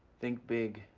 think big,